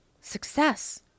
success